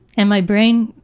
and my brain,